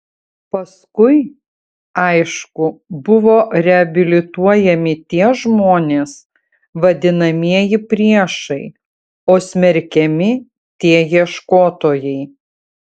paskui aišku buvo reabilituojami tie žmonės vadinamieji priešai o smerkiami tie ieškotojai